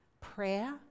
prayer